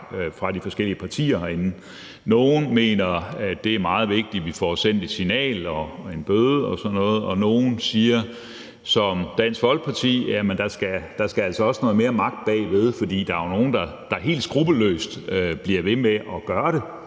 fra de forskellige partiers side herinde. Nogle mener, at det er meget vigtigt, at vi får sendt et signal og får givet en bøde og sådan noget, og nogle siger, som Dansk Folkeparti gør, at der altså også skal lidt mere magt bagved, for der er jo nogle, der helt skruppelløst bliver ved med at gøre det,